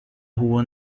rua